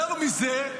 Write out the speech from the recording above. יותר מזה,